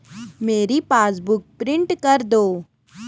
मेरी passbook print कर दो